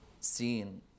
seen